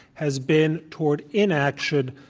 has been toward inaction,